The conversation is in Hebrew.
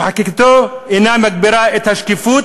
שחקיקתו אינה מגבירה את השקיפות,